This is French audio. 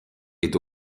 est